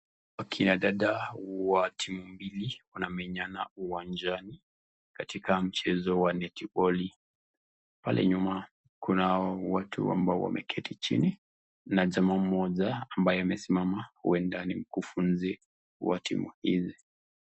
Wakina dada wa timu mbili wanamenyana uwanjani katika mchezo wa netipoli pale nyuma kuna watu ambao wameketi chini na jamaa moja ambaye amesimama huenda ni mkufunzi wa timu hizi.